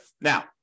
Now